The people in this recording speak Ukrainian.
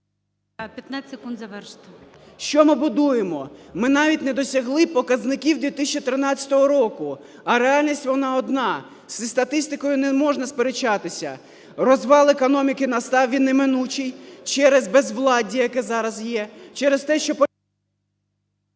15 секунд завершити. ДОЛЖЕНКОВ О.В. Що ми будуємо? Ми навіть не досягли показників 2013 року, а реальність вона одна, зі статистикою не можна сперечатися. Розвал економіки настав, він неминучий через безвладдя, яке зараз є, через те, що…